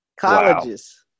Colleges